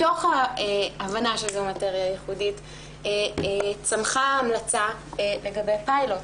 מתוך ההבנה שזו מאטריה ייחודית צמחה ההמלצה לגבי פיילוט.